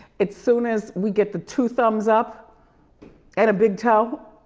it's soon as we get the two thumbs up and a big toe.